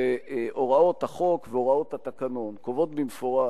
החוק והוראות החוק והוראות התקנון קובעים במפורש,